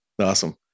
Awesome